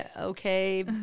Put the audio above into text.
okay